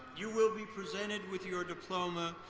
you will be presented with your diploma.